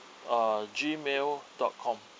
uh Gmail dot com